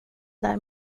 där